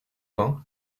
vingt